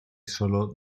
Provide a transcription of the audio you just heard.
sólo